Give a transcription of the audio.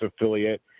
affiliate